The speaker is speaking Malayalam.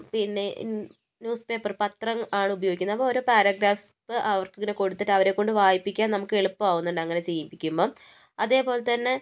പിന്നെ ഇ ന്യൂസ്പേപ്പർ പത്രം ആണ് ഉപയോഗിക്കുന്നത് അപ്പം ഓരോ പാരഗ്രാഫ്സ് അവർക്കിങ്ങനെ കൊടുത്തിട്ട് അവരെക്കൊണ്ട് വായിപ്പിക്കാൻ നമുക്ക് എളുപ്പം ആവുന്നുണ്ട് അങ്ങനെ ചെയ്യിപ്പിക്കുമ്പം അതേപോലെ തന്നെ